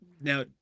Now